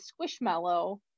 Squishmallow